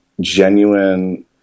genuine